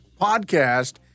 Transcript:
podcast